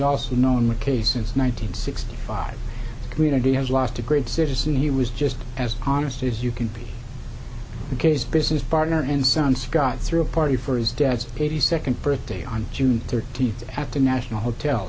also known mackay since one nine hundred sixty five community has lost a great citizen he was just as honest as you can be the case business partner and son scott threw a party for his dad's eighty second birthday on june thirteenth have to national hotel